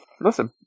listen